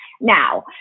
now